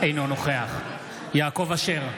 אינו נוכח יעקב אשר,